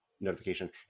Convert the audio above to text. notification